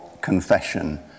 confession